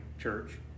church